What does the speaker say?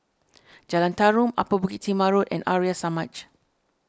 Jalan Tarum Upper Bukit Timah Road and Arya Samaj